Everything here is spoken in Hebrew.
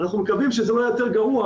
אנחנו מקווים שזה לא יהיה יותר גרוע,